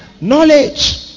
knowledge